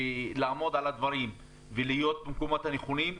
לעמוד על הדברים ולהיות במקומות הנכונים,